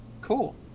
Cool